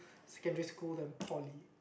secondary school then poly